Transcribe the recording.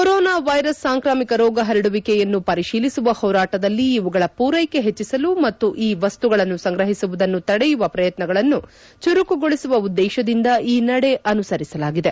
corona virus ಸಾಂಕ್ರಾಮಿಕ ರೋಗ ಹರಡುವಿಕೆಯನ್ನು ಪರಿಶೀಲಿಸುವ ಹೋರಾಟದಲ್ಲಿ ಇವುಗಳ ಪೂರೈಕೆ ಹೆಚ್ಚಿಸಲು ಮತ್ತು ಈ ವಸ್ತುಗಳನ್ನು ಸಂಗ್ರಹಿಸುವುದನ್ನು ತಡೆಯುವ ಪ್ರಯತ್ನಗಳನ್ನು ಚುರುಕುಗೊಳಿಸುವ ಉದ್ದೇಶದಿಂದ ಈ ನಡೆ ಅನುಸರಿಸಲಾಗಿದೆ